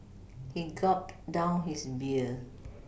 he gulped down his beer